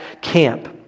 camp